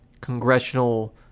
congressional